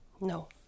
No